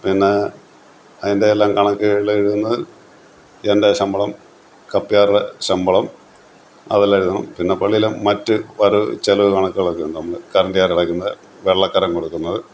പിന്നെ അതിൻ്റെയെല്ലാം കണക്കുകളെഴുതുന്നത് എൻ്റെ ശമ്പളം കപ്യാരുടെ ശമ്പളം അതെല്ലാമെഴുതണം പിന്നെ പള്ളിയിലെ മറ്റ് വരവുചെലവു കണക്കുകളൊക്കെയുണ്ട് നമ്മള് കറണ്ട്യാർജ്ടയ്ക്കുന്നത് വെള്ളക്കരം കൊടുക്കുന്നത്